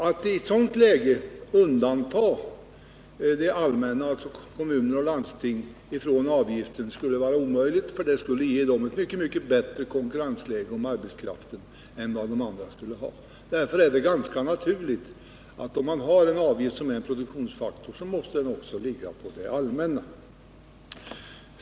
Att i ett sådant läge undanta det allmänna, alltså kommuner och landsting, från avgifter skulle vara omöjligt, för det skulle ge dem ett mycket bättre läge i konkurrensen om arbetskraften än vad andra skulle ha. Därför är det ganska naturligt att om man har en avgift som är en produktionsfaktor, så måste den också ligga på det allmänna.